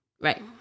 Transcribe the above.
Right